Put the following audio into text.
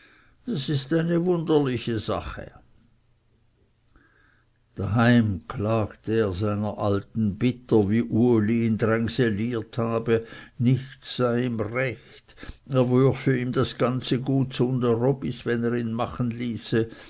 das ist eine wunderliche sache daheim klagte er seiner alten bitter wie uli ihn drängseliert habe nichts sei ihm recht er würfe ihm das ganze gut zunderobis wenn er ihn machen ließe